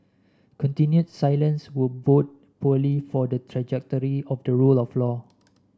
continued silence would bode poorly for the trajectory of the rule of law